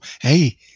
hey